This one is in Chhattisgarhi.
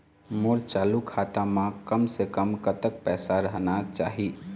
मोर चालू खाता म कम से कम कतक पैसा रहना चाही?